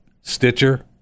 Stitcher